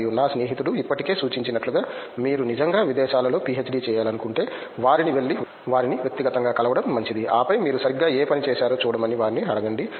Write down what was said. మరియు నా స్నేహితుడు ఇప్పటికే సూచించినట్లుగా మీరు నిజంగా విదేశాలలో పీహెచ్డీ చేయాలనుకుంటే వారిని వెళ్లి వారిని వ్యక్తిగతంగా కలవడం మంచిది ఆపై మీరు సరిగ్గా ఏ పని చేశారో చూడమని వారిని అడగండి